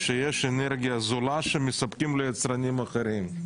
שיש אנרגיה זולה שמספקים ליצרנים אחרים.